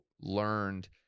learned